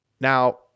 Now